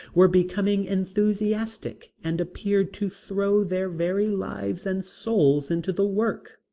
were becoming enthusiastic and appeared to throw their very lives and souls into the work.